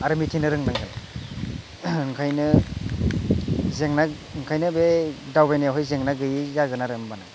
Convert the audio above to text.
आरो मिथिनो रोंनांगोन ओंखायनो जेंना ओंखायनो बे दावबायनायावहाय जेंना गैयि जागोन आरो होमबानो